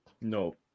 No